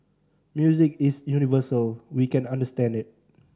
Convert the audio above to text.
music is universal we can understand it